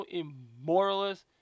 immoralist